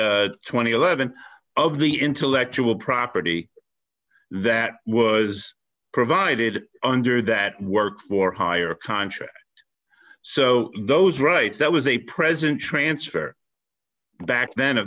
and eleven of the intellectual property that was provided under that work for hire contract so those rights that was a present transfer back then